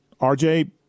RJ